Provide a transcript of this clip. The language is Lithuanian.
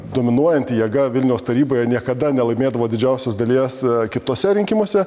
dominuojanti jėga vilniaus taryboje niekada nelaimėdavo didžiausios dalies kituose rinkimuose